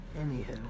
anyhow